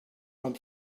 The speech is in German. man